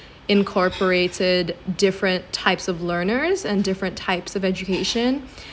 incorporated different types of learners and different types of education